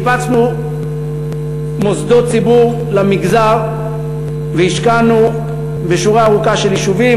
שיפצנו מוסדות ציבור למגזר והשקענו בשורה ארוכה של יישובים,